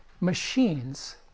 machines